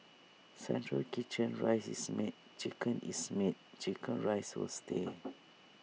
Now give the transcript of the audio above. central kitchen rice is made chicken is made Chicken Rice will stay